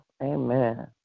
Amen